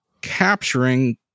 capturing